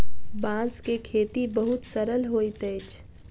बांस के खेती बहुत सरल होइत अछि